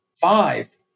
five